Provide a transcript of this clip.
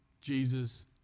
Jesus